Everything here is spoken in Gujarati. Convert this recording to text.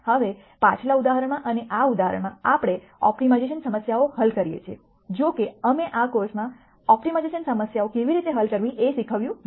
હવે પાછલા ઉદાહરણમાં અને આ ઉદાહરણમાં આપણે આ ઓપ્ટિમાઇઝેશન સમસ્યાઓ હલ કરીએ છીએ જો કે અમે આ કોર્સમાં ઓપ્ટિમાઇઝેશન સમસ્યાઓ કેવી રીતે હલ કરવી એ શીખવ્યું નથી